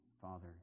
Father